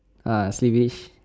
ah sleevis